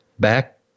Back